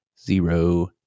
zero